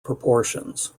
proportions